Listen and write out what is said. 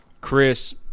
Chris